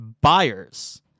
buyers